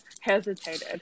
hesitated